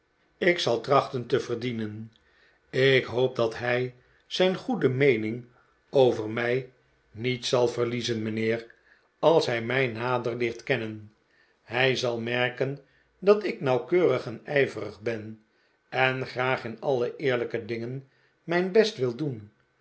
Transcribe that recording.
deze vraag bevestrachten te verdienen ik hoop dat hij zijn goede meening over mij niet zal verliezen mijnheer als hij mij nader leert kennen hij zal merken dat ik nauwkeurig en ijverig ben en graag in alle eerlijke dingen mijn best wil doen